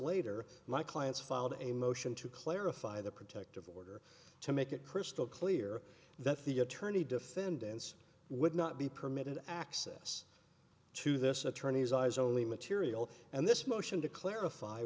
later my clients filed a motion to clarify the protective order to make it crystal clear that the attorney defendants would not be permitted access to this attorney's eyes only material and this motion to clarify